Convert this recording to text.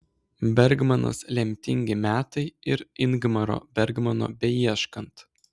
bergmanas lemtingi metai ir ingmaro bergmano beieškant